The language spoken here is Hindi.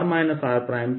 r r